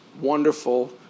wonderful